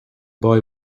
boy